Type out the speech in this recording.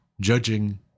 judging